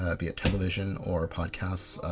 ah be it television or podcasts,